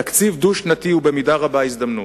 תקציב דו-שנתי הוא במידה רבה הזדמנות,